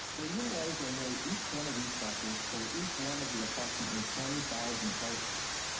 they utilized and weighed each one of these factors for each one of the approximately ten thousand parcels.